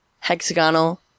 hexagonal